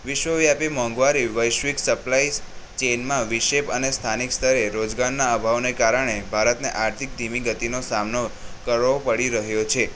વિશ્વ વ્યાપી મોંઘવારી વૈશ્વિક સપ્લાઈસ ચેનમાં વૈશ્વિક અને સ્થાનિક સ્તરે રોજગારના અભાવને કારણે ભારતને આર્થિક ધીમી ગતિનો સામનો કરવો પડી રહ્યો છે